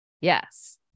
Yes